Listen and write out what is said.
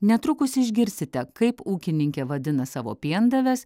netrukus išgirsite kaip ūkininkė vadina savo piendaves